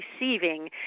receiving